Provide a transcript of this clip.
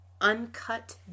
uncut